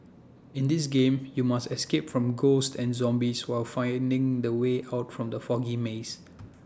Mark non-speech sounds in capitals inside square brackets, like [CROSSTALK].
in this game you must escape from ghosts and zombies while finding the way out from the foggy maze [NOISE]